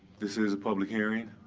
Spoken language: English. this is a public hearing.